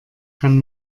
kann